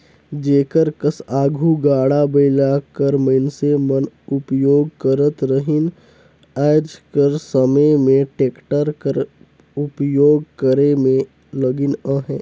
जेकर कस आघु गाड़ा बइला कर मइनसे मन उपियोग करत रहिन आएज कर समे में टेक्टर कर उपियोग करे में लगिन अहें